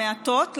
המעטות,